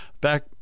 Back